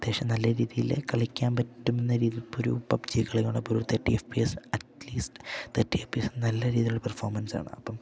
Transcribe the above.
അത്യാവശ്യം നല്ല രീതിയില് കളിക്കാൻ പറ്റുമെന്ന രീതി ഒരു പബ് ജി കളിയാണേ ഇപ്പോ ഒരു thirty F P S at least thirty F P S നല്ല രീതിലുള്ള പെർഫോമൻസ്സാണ് അപ്പം